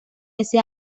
ese